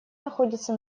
находится